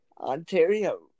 Ontario